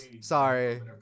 sorry